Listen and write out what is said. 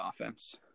offense